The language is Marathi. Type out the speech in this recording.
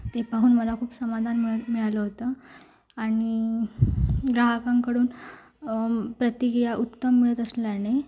ते पाहून मला खूप समाधान मिळत मिळालं होतं आणि ग्राहकांकडून प्रतिकिया उत्तम मिळत असल्याने